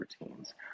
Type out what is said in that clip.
routines